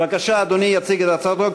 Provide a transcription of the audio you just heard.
בבקשה, אדוני יציג את הצעתו.